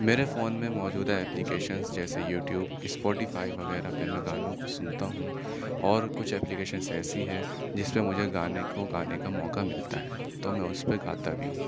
میرے فون میں موجودہ ایپلیکیشنز جیسے یوٹیوب اسپوٹیفائی وغیرہ پہ میں گانوں کو سنتا ہوں اور کچھ ایپلیکیشنس ایسی ہے جس پہ مجھے گانے کو گانے کا موقع ملتا ہے تو میں اس پہ گاتا بھی ہوں